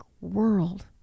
world